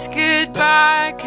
goodbye